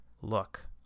Look